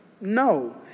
No